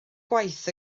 gwaith